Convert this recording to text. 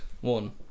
one